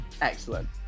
Excellent